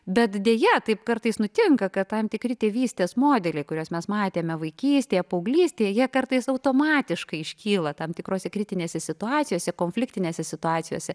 bet deja taip kartais nutinka kad tam tikri tėvystės modeliai kuriuos mes matėme vaikystėje paauglystėje jie kartais automatiškai iškyla tam tikrose kritinėse situacijose konfliktinėse situacijose